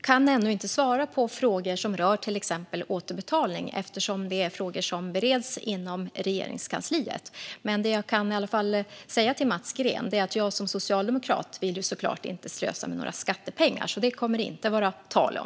kan ännu inte svara på frågor som rör till exempel återbetalning eftersom det är frågor som bereds inom Regeringskansliet. Men jag kan i alla fall säga till Mats Green att jag som socialdemokrat såklart inte vill slösa med några skattepengar, så det kommer det inte att vara tal om.